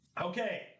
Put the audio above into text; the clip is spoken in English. Okay